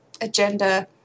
agenda